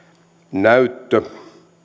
näyttö